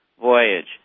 voyage